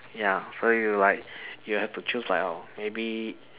ya so you like you have to choose like oh maybe